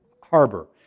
Harbor